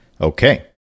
Okay